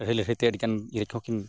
ᱞᱟᱹᱲᱦᱟᱹᱭ ᱞᱟᱹᱲᱦᱟᱹᱭ ᱛᱮ ᱟᱹᱰᱤᱜᱟᱱ ᱤᱭᱟᱹ ᱠᱚᱦᱚᱸ ᱠᱤᱱ